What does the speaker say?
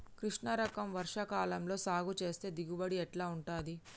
కృష్ణ రకం వర్ష కాలం లో సాగు చేస్తే దిగుబడి ఎట్లా ఉంటది?